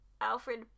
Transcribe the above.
Alfred